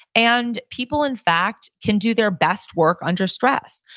and people in fact, can do their best work under stress.